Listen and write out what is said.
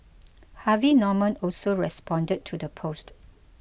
Harvey Norman also responded to the post